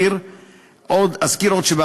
לא חושב.